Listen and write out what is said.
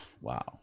Wow